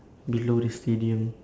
below the stadium